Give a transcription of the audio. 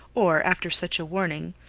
or after such a warning,